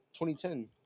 2010